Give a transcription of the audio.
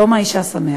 יום האישה שמח.